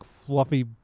fluffy